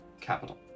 Capital